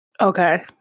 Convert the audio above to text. Okay